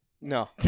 No